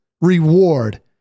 reward